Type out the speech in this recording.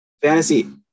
fantasy